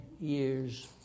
years